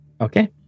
Okay